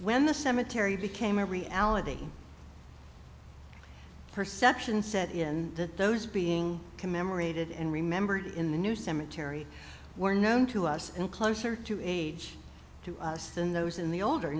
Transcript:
when the cemetery became a reality perception set in that those being commemorated and remembered in the new cemetery were known to us and closer to age to us than those in the older